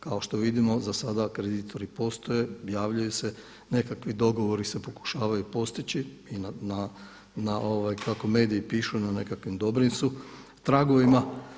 Kao što vidimo za sada kreditori postoje, javljaju se, nekakvi dogovori se pokušavaju postići i kako mediji pišu na nekakvim dobrim su tragovima.